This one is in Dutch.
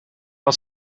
had